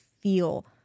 feel